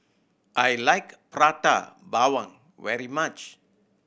I like Prata Bawang very much